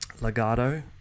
legato